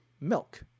Milk